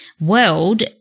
world